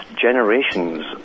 generations